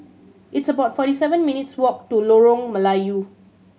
it's about forty seven minutes' walk to Lorong Melayu